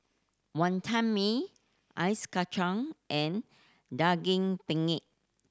Wonton Mee ice kacang and Daging Penyet